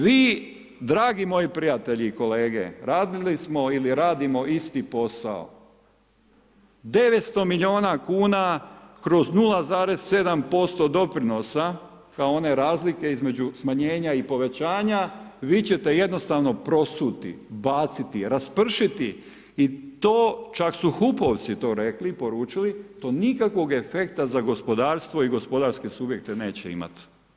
Vi dragi moji prijatelji i kolege radili smo ili radimo isti posao 900 miliona kuna kroz 0,7% doprinosa kao one razlike između smanjenja i povećanja vi ćete jednostavno prosuti, baciti, raspršiti i to čak su HUP-ovci to rekli, poručili, to nikakvog efekta za gospodarstvo i gospodarske subjekte neće imat.